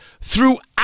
throughout